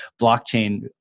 blockchain